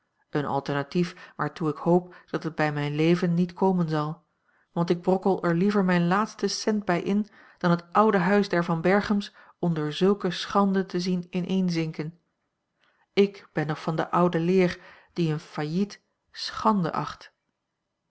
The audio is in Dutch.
een alternatief waartoe ik hoop dat het bij mijn leven niet komen zal want ik brokkel er liever mijn laatsten cent bij in dan het oude huis der van berchems onder zulke schande te zien ineenzinken ik ben nog van de oude leer die een failliet schande acht